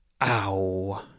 Ow